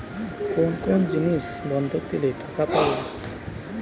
কোন কোন জিনিস বন্ধক দিলে টাকা পাব?